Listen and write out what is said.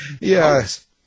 Yes